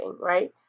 right